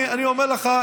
אני אומר לך,